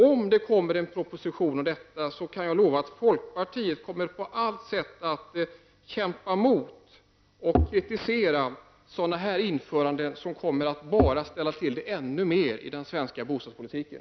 Om det kommer en proposition med en sådan innebörd kan jag lova att folkpartiet på allt sätt kommer att kämpa emot och kritisera införandet av sådant som bara ställer till problem ännu mer i den svenska bostadspolitiken.